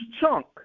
chunk